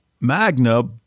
Magna